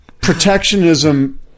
protectionism